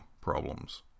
problems